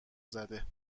زده